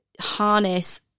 harness